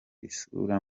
isura